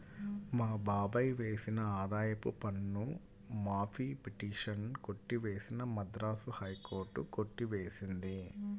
మా బాబాయ్ వేసిన ఆదాయపు పన్ను మాఫీ పిటిషన్ కొట్టివేసిన మద్రాస్ హైకోర్టు కొట్టి వేసింది